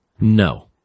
No